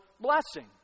blessing